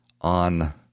on